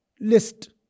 list